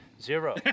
Zero